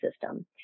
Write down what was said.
system